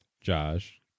Josh